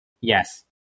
Yes